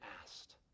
asked